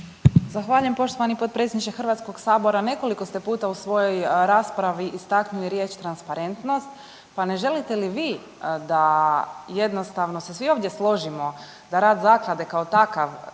Zahvaljujem poštovani potpredsjedniče HS. Nekoliko ste puta u svojoj raspravi istaknuli riječ transparentnost, pa ne želite li vi da jednostavno se svi ovdje složimo da rad zaklade kao takav